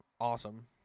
awesome